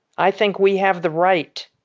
i think we have the right